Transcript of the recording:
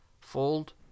Fold